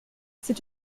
c’est